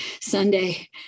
Sunday